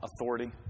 authority